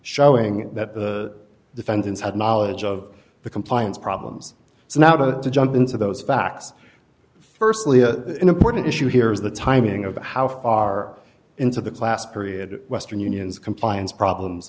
showing that the defendants had knowledge of the compliance problems so now to jump into those facts firstly the important issue here is the timing of how far into the class period western union's compliance problems